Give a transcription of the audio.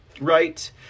right